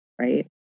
Right